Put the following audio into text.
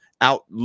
out